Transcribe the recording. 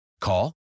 call